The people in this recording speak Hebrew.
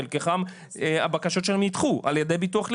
חלקם, הבקשות שלהם נדחו על ידי ביטוח לאומי.